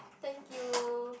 thank you